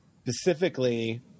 Specifically